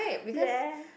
yes